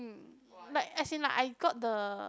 mm like as in like I got the